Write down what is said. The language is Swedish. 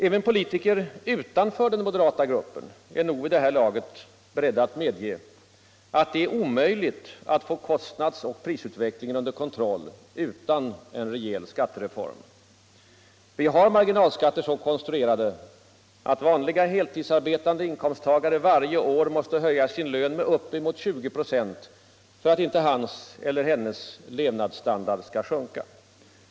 Även politiker utanför den moderata gruppen är nog vid det här laget beredda att medge, att det är omöjligt att få kostnadsoch prisutvecklingen under kontroll utan en rejäl skattereform. Vi har marginalskatter så konstruerade att en vanlig heltidsarbetande inkomsttagare varje år måste höja sin lön med upp emot 20 26 för att inte hans eller hennes levnadsstandard skall sjunka.